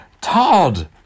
Todd